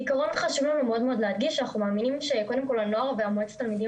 בעיקרון אנחנו מאמינים שהנוער ומועצת התלמידים